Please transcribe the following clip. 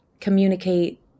communicate